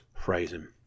Phrasing